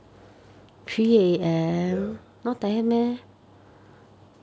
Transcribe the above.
ya